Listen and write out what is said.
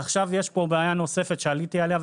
ישנה בעיה נוספת שעליתי עליה,